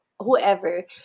whoever